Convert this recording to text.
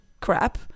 crap